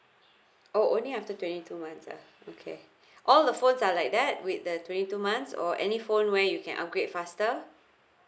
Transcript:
oh only after twenty two months ah okay all the phones are like that with the twenty two months or any phone where you can upgrade faster